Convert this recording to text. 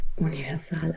universal